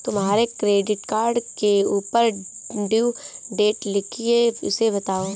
तुम्हारे credit card के ऊपर ड्यू डेट लिखी है उसे बताओ